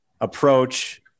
approach